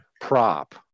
prop